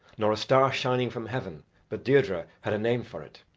nor a star shining from heaven but deirdre had a name for it.